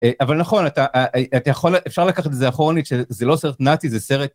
אבל נכון, אפשר לקחת את זה אחרוני, שזה לא סרט נאצי, זה סרט...